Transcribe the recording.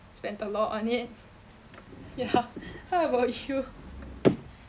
spent a lot on it ya how about you